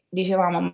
dicevamo